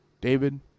David